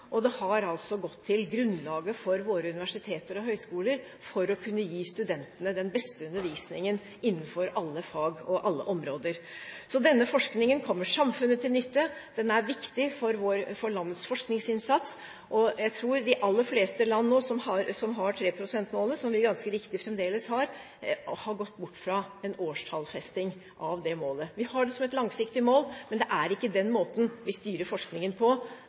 og det har gått til grunnlaget for våre universiteter og høyskoler for å kunne gi studentene den beste undervisningen innenfor alle fag og alle områder. Så denne forskningen kommer samfunnet til nytte, og den er viktig for landets forskningsinnsats. Jeg tror de aller fleste land nå som har 3 pst.-målet – som vi ganske riktig fremdeles har – har gått bort fra en årstallsfesting av det målet. Vi har det som et langsiktig mål, men det er ikke på den måten vi styrer forskningen. Det er mange andre måter å måle forskningsinnsats på